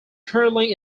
currently